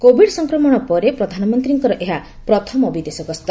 Covid ସଂକ୍ରମଣ ପରେ ପ୍ରଧାନମନ୍ତ୍ରୀଙ୍କର ଏହା ପ୍ରଥମ ବିଦେଶ ଗସ୍ତ